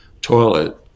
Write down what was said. toilet